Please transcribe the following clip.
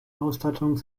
ausstattung